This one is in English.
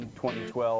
2012